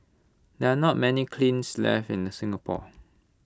there are not many kilns left in Singapore